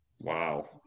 Wow